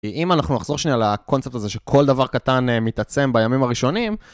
כי אם אנחנו נחזור שנייה לקונספט הזה שכל דבר קטן מתעצם בימים הראשונים,